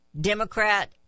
Democrat